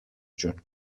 جون